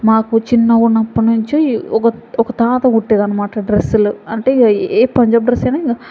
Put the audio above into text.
మాకు చిన్నగా ఉన్నప్పటి నుంచి ఒక ఒక తాత కుట్టేది అన్నమాట డ్రస్సులు అంటే ఏ పంజాబీ డ్రెస్ అయినా ఇక